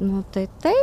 nu tai taip